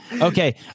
Okay